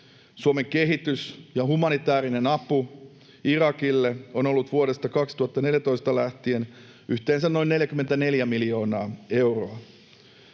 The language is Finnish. Suomen kehitys- ja humanitäärinen apu Irakille on ollut vuodesta 2014 lähtien yhteensä noin 44 miljoonaa euroa.